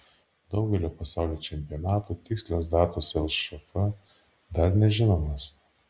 daugelio pasaulio čempionatų tikslios datos lšf dar nežinomos